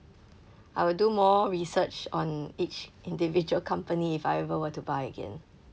I would do more research on each individual company if I ever were to buy again